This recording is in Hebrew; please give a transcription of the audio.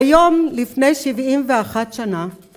‫היום, לפני 71 שנה...